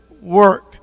work